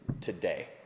today